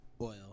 Oil